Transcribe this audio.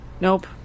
Nope